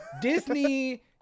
Disney